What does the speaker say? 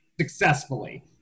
successfully